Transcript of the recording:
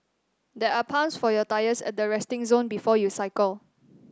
there are pumps for your tyres at the resting zone before you cycle